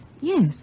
Yes